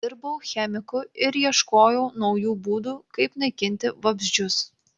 dirbau chemiku ir ieškojau naujų būdų kaip naikinti vabzdžius